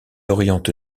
oriente